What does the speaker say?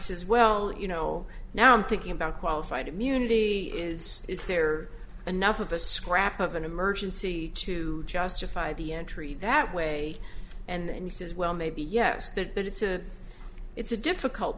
says well you know now i'm thinking about qualified immunity is is there enough of a scrap of an emergency to justify the entry that way and he says well maybe yes but but it's a it's a difficult